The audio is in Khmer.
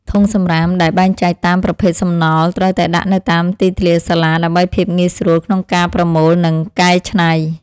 ធុងសំរាមដែលបែងចែកតាមប្រភេទសំណល់ត្រូវតែដាក់នៅតាមទីធ្លាសាលាដើម្បីភាពងាយស្រួលក្នុងការប្រមូលនិងកែច្នៃ។